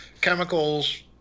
chemicals